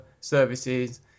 services